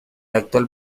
actual